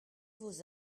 vos